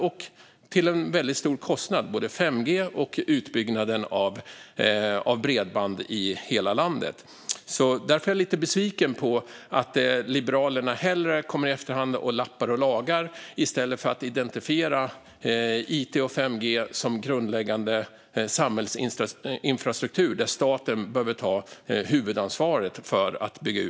Och utbyggnaden av både 5G och bredband i hela landet sker till en mycket stor kostnad. Därför är jag lite besviken över att Liberalerna hellre kommer i efterhand och lappar och lagar i stället för att identifiera it och 5G som grundläggande samhällsinfrastruktur som staten behöver ta huvudansvaret för att bygga ut.